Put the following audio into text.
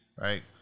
right